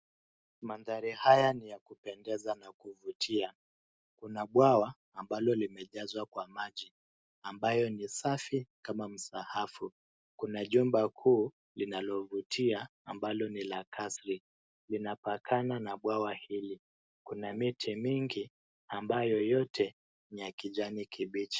Mandhari haya ni ya kupendeza na kuvutia. Kuna bwawa ambalo limejazwa kwa maji ambayo ni safi kama msahafu. Kuna jumba kuu linalovutia ambalo ni la kasri. Linapakana na bwawa hili. Kuna miti mingi ambayo yote ni ya kijani kibichi.